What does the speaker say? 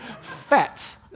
fats